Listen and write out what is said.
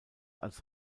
als